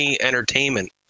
entertainment